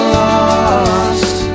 lost